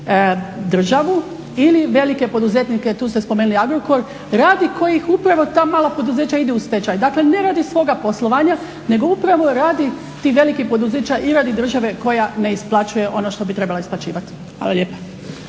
državu ili velike poduzetnike tu ste spomenuli Agrokor radi kojih upravo ta mala poduzeća idu u stečaj. Dakle, ne radi svoga poslovanja nego upravo radi tih velikih poduzeća i radi države koja ne isplaćuje ono što bi trebala isplaćivati. Hvala lijepa.